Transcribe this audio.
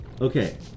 Okay